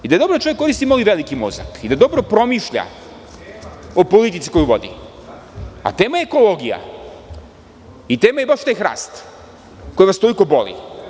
Da je dobro da čovek koristi malo i veliki mozak i da dobro promišlja o politici koju vodi, a tema je ekologija i tema je baš taj hrast koji vas toliko boli.